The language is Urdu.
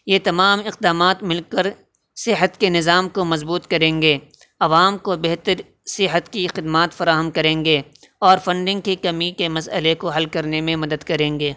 یہ تمام اقدامات مل کر صحت کے نظام کو مضبوط کریں گے عوام کو بہتر صحت کی خدمات فراہم کریں گے اور فنڈنگ کی کمی کے مسئلے کو حل کرنے میں مدد کریں گے